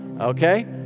Okay